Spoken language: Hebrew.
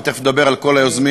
ותכף נדבר על כל היזמים,